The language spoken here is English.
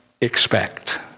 expect